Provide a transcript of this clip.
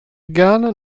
gerne